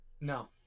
No